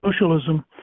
socialism